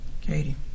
Katie